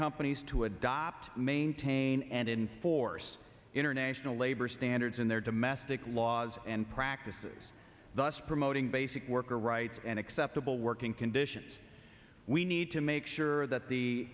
companies to adopt maintain and enforce international labor standards in their domestic laws and practices thus promoting basic worker rights and acceptable working conditions we need to make sure that the